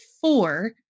four